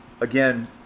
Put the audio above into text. again